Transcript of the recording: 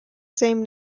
same